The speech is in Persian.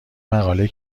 مقاله